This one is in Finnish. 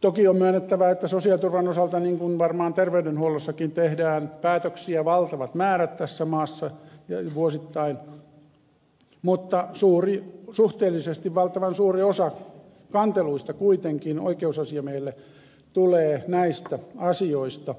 toki on myönnettävä että sosiaaliturvan osalta niin kuin varmaan terveydenhuollossakin tehdään päätöksiä valtavat määrät tässä maassa vuosittain mutta suhteellisesti valtavan suuri osa kanteluista kuitenkin oikeusasiamiehelle tulee näistä asioista